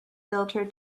filter